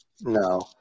no